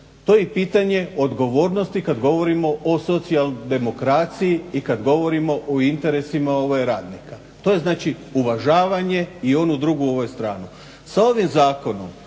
To je i pitanje odgovornosti kad govorimo o socijaldemokraciji i kad govorimo o interesima radnika. To je znači uvažavanje i onu drugu stranu.